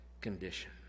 Condition